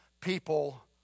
people